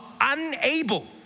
unable